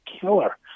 killer